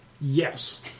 Yes